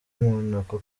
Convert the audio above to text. monaco